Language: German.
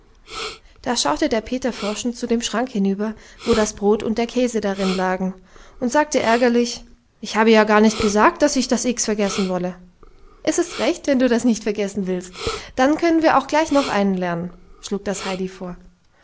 da schaute der peter forschend zu dem schrank hinüber wo das brot und der käse darinlagen und sagte ärgerlich ich habe ja gar nicht gesagt daß ich das x vergessen wolle es ist recht wenn du das nicht vergessen willst dann können wir auch gleich noch einen lernen schlug das heidi vor